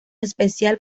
especial